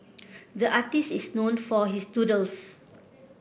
the artist is known for his doodles